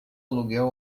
aluguel